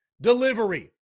delivery